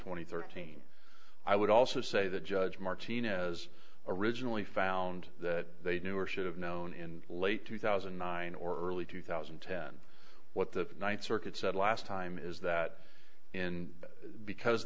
and thirteen i would also say that judge martinez originally found that they knew or should have known in late two thousand and nine or early two thousand and ten what the th circuit said last time is that in because